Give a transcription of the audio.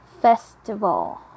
Festival